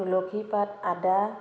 তুলসী পাত আদা